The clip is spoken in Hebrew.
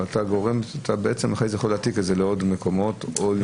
אבל אתה בעצם יכול להעתיק את זה לעוד מקומות וכך לפגוע בהם.